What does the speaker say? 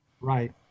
Right